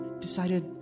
decided